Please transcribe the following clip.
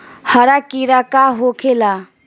हरा कीड़ा का होखे ला?